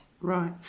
Right